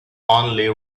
only